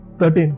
13